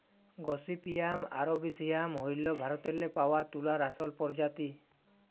gossypium arboreum হ্যইল ভারতেল্লে পাউয়া তুলার আসল পরজাতি